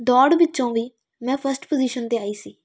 ਦੌੜ ਵਿੱਚੋਂ ਵੀ ਮੈਂ ਫਸਟ ਪੋਜੀਸ਼ਨ 'ਤੇ ਆਈ ਸੀ